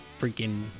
freaking